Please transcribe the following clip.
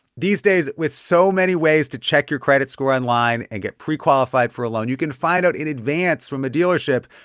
these days with so many ways to check your credit score online and get prequalified for a loan, you can find out in advance from the dealership,